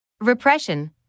Repression